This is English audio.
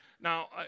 Now